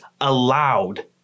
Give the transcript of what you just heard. allowed